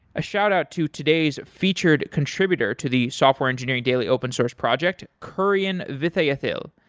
a shout out to today's featured contributor to the software engineering daily open source project, kurian vithayathil.